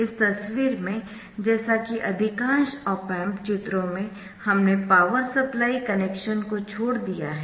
इस तस्वीर में जैसा कि अधिकांश ऑप एम्प चित्रों में हमने पावर सप्लाई कनेक्शन को छोड़ दिया है